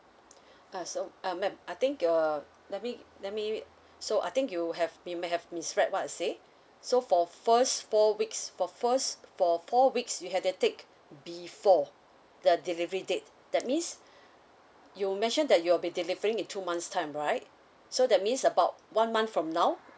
uh so uh mam I think uh let me let me so I think you have you may have misread what I said so for first four weeks for first for four weeks you have to take before the delivery date that means you mention that you'll be delivering in two months time right so that means about one month from now